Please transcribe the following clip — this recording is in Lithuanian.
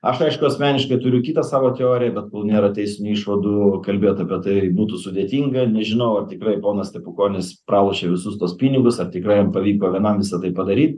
aš aišku asmeniškai turiu kitą savo teoriją bet kol nėra teisinių išvadų kalbėt apie tai būtų sudėtinga nežinau ar tikrai ponas stepukonis pralošė visus tuos pinigus ar tikrai jam pavyko vienam visa tai padaryt